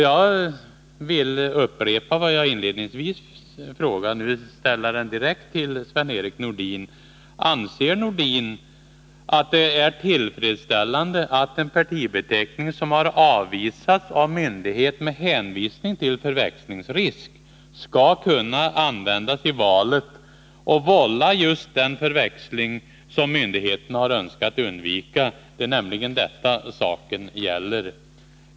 Jag upprepar den fråga som jag inledningsvis ställde och riktar den direkt till Sven-Erik Nordin: Anser Sven-Erik Nordin att det är tillfredsställande att en partibeteckning som har avvisats av myndighet med hänvisning till förväxlingsrisk skall kunna användas i valet och vålla just den förväxling som myndigheterna har önskat undvika? Det är nämligen detta saken gäller.